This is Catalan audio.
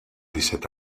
disset